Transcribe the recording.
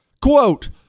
Quote